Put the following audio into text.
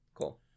Cool